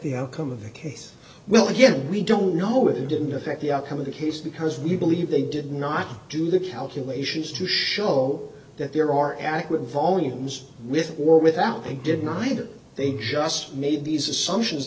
the outcome of the case well again we don't know it didn't affect the outcome of the case because we believe they did not do the calculations to show that there are accurate volumes with or without they did neither they just made these assumptions